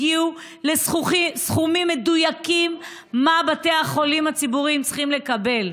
הגיעו לסכומים מדויקים מה בתי החולים הציבוריים צריכים לקבל.